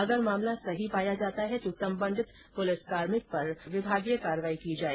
अगर मामला सही पाया जाता है तो संबंधित पुलिस कार्मिक पर विभागीय कार्रवाई की जाए